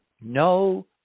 no